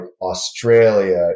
Australia